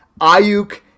Ayuk